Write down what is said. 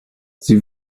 sie